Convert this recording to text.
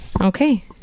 Okay